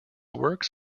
works